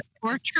portrait